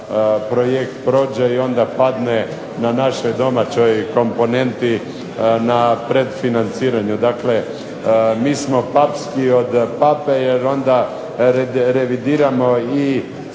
projekt prođe i onda padne na našoj domaćoj komponenti, na predfinanciranju. Dakle, mi smo papskiji od Pape, jer onda revidiramo i